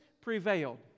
prevailed